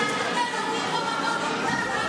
בעוטף ובשדרות.